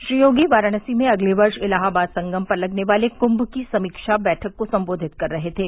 श्री योगी वाराणसी में अगले वर्ष इलाहाबाद संगम पर लगने वाले कुंम की समीक्षा बैठक को संबोधित कर रहे थे